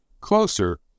closer